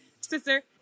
sister